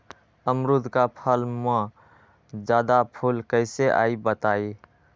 अमरुद क फल म जादा फूल कईसे आई बताई?